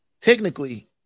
technically